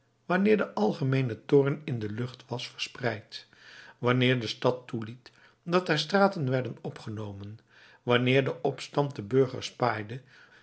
wanneer de algemeene toorn in de lucht was verspreid wanneer de stad toeliet dat haar straten werden opgenomen wanneer de opstand de burgers